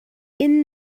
inn